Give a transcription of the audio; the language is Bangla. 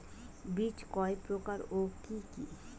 বীজ কয় প্রকার ও কি কি?